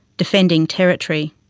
defending territory.